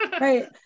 Right